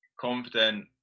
confident